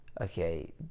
okay